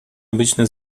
обычно